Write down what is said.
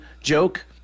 joke